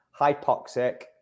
hypoxic